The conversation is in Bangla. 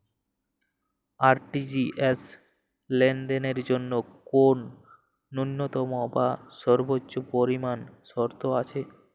আর.টি.জি.এস লেনদেনের জন্য কোন ন্যূনতম বা সর্বোচ্চ পরিমাণ শর্ত আছে?